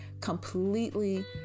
completely